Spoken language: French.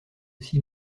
aussi